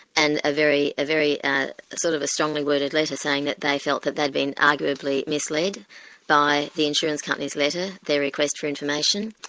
and very very ah sort of a strongly worded letter saying that they felt that they'd been arguably misled by the insurance company's letter, their request for information.